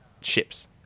ships